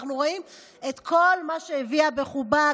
אנחנו רואים את כל מה שהיא הביאה בחובה,